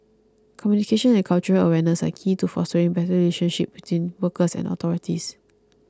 communication and cultural awareness are key to fostering better relationship between workers and authorities